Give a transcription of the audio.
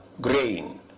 grain